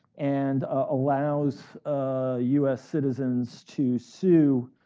and allows u s. citizens to sue,